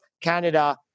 Canada